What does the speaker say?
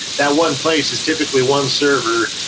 that one place is typically one server.